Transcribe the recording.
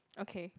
okay